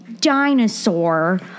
dinosaur